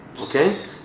okay